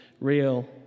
real